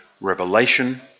revelation